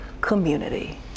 community